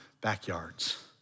backyards